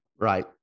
Right